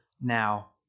now